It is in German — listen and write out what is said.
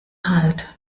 halt